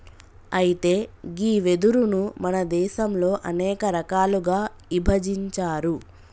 అయితే గీ వెదురును మన దేసంలో అనేక రకాలుగా ఇభజించారు